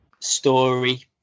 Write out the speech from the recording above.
Story